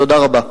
תודה רבה.